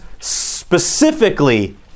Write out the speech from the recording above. specifically